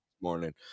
morning